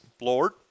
Lord